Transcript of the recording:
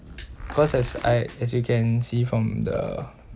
cause as I as you can see from the